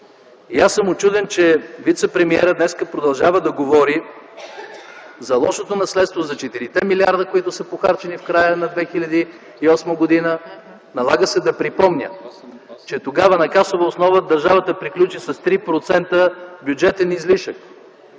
Аз съм учуден, че вицепремиерът днес продължава да говори за лошото наследство, за четирите милиарда, които са похарчени в края на 2008 г. Налага се да припомня, че тогава на касова основа държава приключи с 3% бюджетен излишък